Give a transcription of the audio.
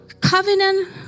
covenant